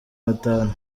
batanu